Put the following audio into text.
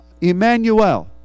Emmanuel